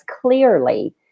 clearly